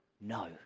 No